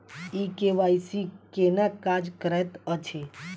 ई KYC केना काज करैत अछि?